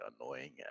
annoying